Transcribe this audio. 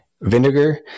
vinegar